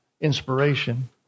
inspiration